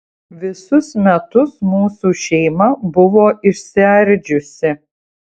visus metus mūsų šeima buvo išsiardžiusi